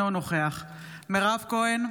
אינו נוכח מירב כהן,